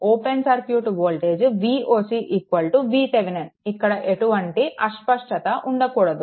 open circuit voltage Voc VThevenin ఇక్కడ ఎటువంటి అస్పష్టత ఉండకూడదు